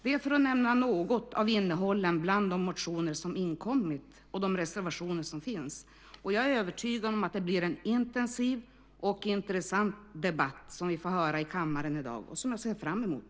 Det här var något av innehållet bland de motioner som inkommit och de reservationer som finns. Jag är övertygad om att det blir en intensiv och intressant debatt som vi får höra i kammaren i dag - och som jag ser fram emot.